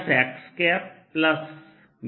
r R